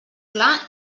clar